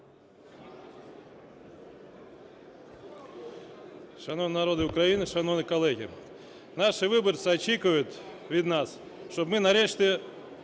Шановний народе України, шановні колеги! Наші виборці очікують від нас, що ми нарешті